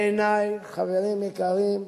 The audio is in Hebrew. בעיני, חברים יקרים,